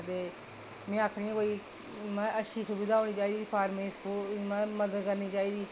ते में आखनी आं कोई अच्छी सुविधा होनी चाहिदी फॉर्मरें गी सुपोर्ट मतलब कि मदद करना चाहिदी